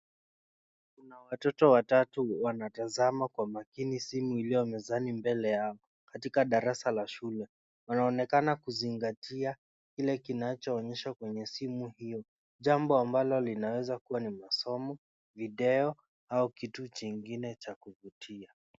Kuna watoto watatu wanatazama kwa makini simu iliyo mezani mbele yao, katika darasa la shule. Wanaonekana kuzingatia ile kinachoonyeshwa kwenye simu hiyo, jambo ambalo linaweza kuwa ni masomo, video, au kitu chingine cha kuvutia.